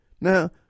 Now